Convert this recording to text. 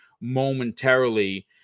momentarily